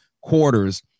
quarters